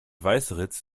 weißeritz